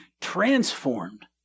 transformed